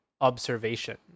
Observation